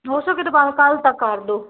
ਦੋ ਸੌ ਦਬਾ ਕੱਲ ਤੱਕ ਕਰ ਦੋ